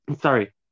Sorry